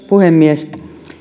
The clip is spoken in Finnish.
puhemies